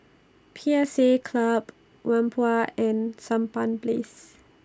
P S A Club Whampoa and Sampan Place